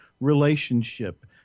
relationship